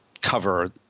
cover –